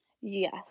yes